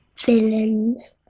villains